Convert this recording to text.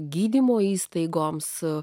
gydymo įstaigoms